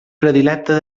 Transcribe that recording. predilecte